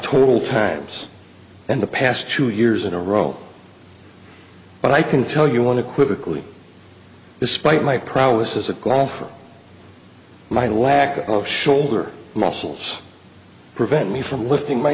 total times and the past two years in a row but i can tell you want to quickly despite my prowess as a golfer my lack of shoulder muscles prevent me from lifting my